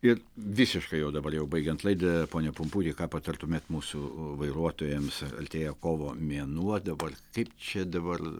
ir visiškai o dabar jau baigiant laidą pone pumputi ką patartumėt mūsų vairuotojams artėja kovo mėnuo dabar kaip čia dabar